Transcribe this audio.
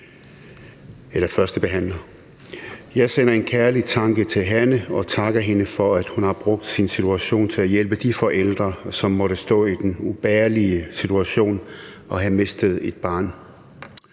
Jeg sender en kærlig tanke til Hanne og takker hende for, at hun har brugt sin situation til at hjælpe de forældre, som måtte stå i den ubærlige situation at have mistet et barn.